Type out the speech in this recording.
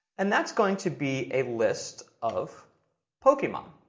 and that's going to be a list of pokemon.